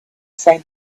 same